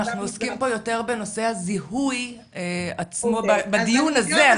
אנחנו עוסקים פה יותר בנושא הזיהוי עצמו בדיון הזה.